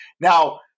Now